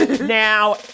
Now